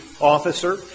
officer